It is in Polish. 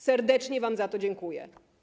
Serdecznie wam za to dziękuję.